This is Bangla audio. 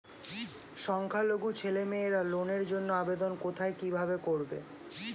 সংখ্যালঘু ছেলেমেয়েরা লোনের জন্য আবেদন কোথায় কিভাবে করবে?